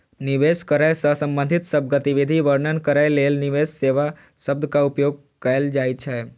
निवेश करै सं संबंधित सब गतिविधि वर्णन करै लेल निवेश सेवा शब्दक उपयोग कैल जाइ छै